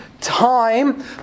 time